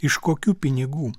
iš kokių pinigų